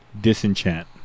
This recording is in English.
Disenchant